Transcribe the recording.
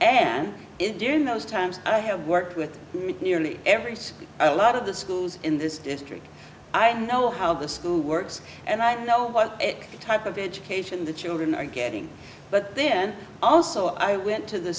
an india in those times i have worked with nearly every single lot of the schools in this district i know how the school works and i know what type of education the children are getting but then also i went to the